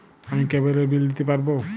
আমি কেবলের বিল দিতে পারবো?